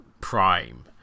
prime